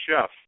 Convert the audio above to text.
Chef